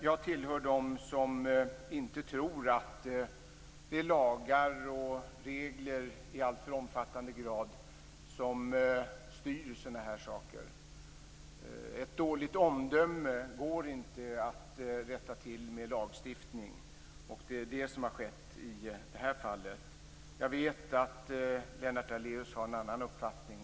Jag tillhör dem som inte tror att det i alltför omfattande grad är lagar och regler som styr sådana här saker. Ett dåligt omdöme går inte att rätta till med lagstiftning. Det är det som har legat bakom det här fallet. Jag vet att Lennart Daléus har en annan uppfattning.